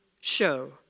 show